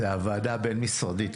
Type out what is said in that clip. זו הוועדה הבין-משרדית,